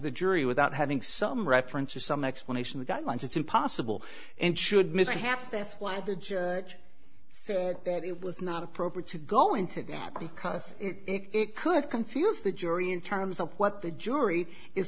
the jury without having some reference or some explanation guidelines it's impossible and should mishaps that's why the judge so that it was not appropriate to go into it now because it could confuse the jury in terms of what the jury is